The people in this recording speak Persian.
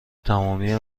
تمامی